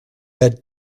had